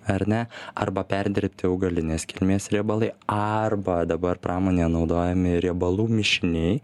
ar ne arba perdirbti augalinės kilmės riebalai arba dabar pramonėje naudojami riebalų mišiniai